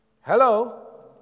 Hello